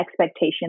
expectation